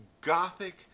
gothic